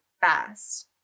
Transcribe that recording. fast